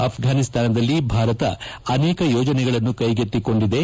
ಅವ್ನಾನಿಸ್ತಾನದಲ್ಲಿ ಭಾರತ ಅನೇಕ ಯೋಜನೆಗಳನ್ನು ಕೈಗೆತ್ತಿಕೊಂಡಿದೆ